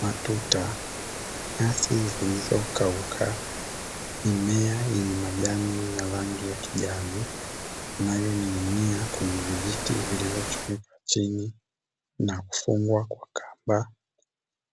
Matuta, nyasi zilizokauka, mimea yenye majani ya rangi ya kijani inayoning'inia kwenye vijiti vilivyochomekwa chini na kufungwa kwa kamba